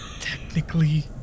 technically